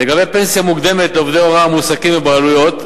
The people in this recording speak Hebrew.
לגבי פנסיה מוקדמת לעובדי הוראה המועסקים בבעלויות,